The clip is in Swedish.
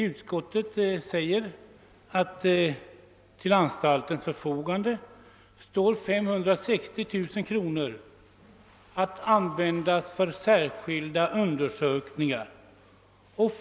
Utskottet säger att till anstaltens förfogande står 560 000 kr. att användas för särskilda undersökningar.